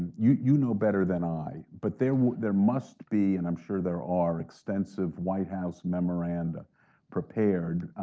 you you know better than i, but there there must be, and i'm sure there are, extensive white house memoranda prepared,